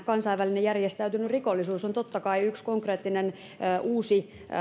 kansainvälinen järjestäytynyt rikollisuus on totta kai yksi konkreettinen uusi